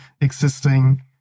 existing